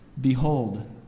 Behold